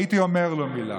הייתי אומר לו מילה.